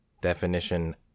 definition